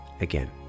again